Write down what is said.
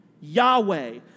Yahweh